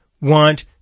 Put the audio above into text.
want